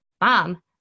mom